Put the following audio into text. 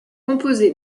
composé